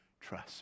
trust